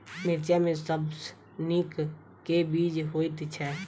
मिर्चा मे सबसँ नीक केँ बीज होइत छै?